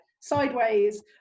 sideways